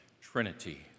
Trinity